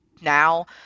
now